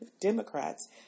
Democrats